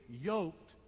yoked